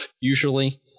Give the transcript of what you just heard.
usually